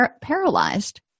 paralyzed